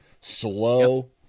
slow